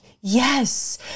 yes